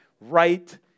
right